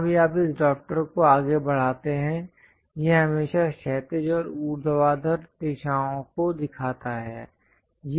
जहां भी आप इस ड्रॉफ्टर को आगे बढ़ाते हैं यह हमेशा क्षैतिज और ऊर्ध्वाधर दिशाओं को दिखाता है